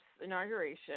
inauguration